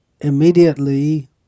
immediately